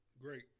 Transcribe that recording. great